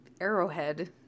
arrowhead